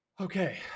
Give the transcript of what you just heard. Okay